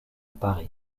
paris